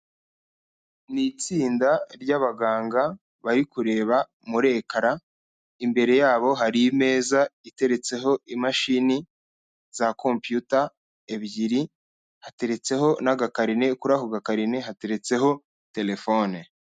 Ni itsinda ry'abaganga bari kureba muri ekara, imbere y'abo hari imeza iteretseho imashini za kompiyuta ebyiri, hateretseho n'agakarine, kuri ako gakarine hateretseho telefone.